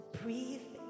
breathe